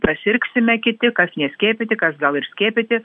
prasirgsime kiti kas neskiepyti kas gal ir skiepyti